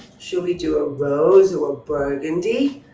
should we do a rose or a burgundy?